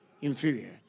inferior